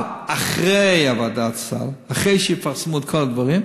אבל אחרי ועדת הסל, אחרי שיפרסמו את כל הדברים,